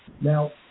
Now